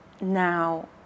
now